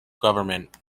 government